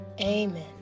Amen